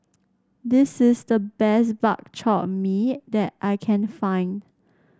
this is the best Bak Chor Mee that I can find